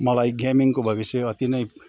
मलाई गेमिङको भविष्य अति नै